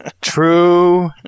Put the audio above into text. True